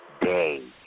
day